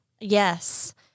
Yes